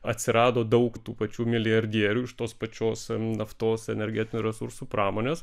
atsirado daug tų pačių milijardierių iš tos pačios naftos energetinių resursų pramonės